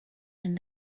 and